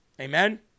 Amen